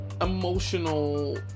emotional